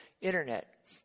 internet